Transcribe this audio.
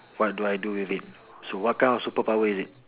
what do I do with it so what kind of superpower is it